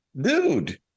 dude